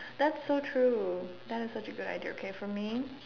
that's so true that is such a good idea K for me